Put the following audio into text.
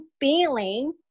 feeling